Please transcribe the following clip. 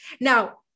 Now